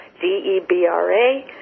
D-E-B-R-A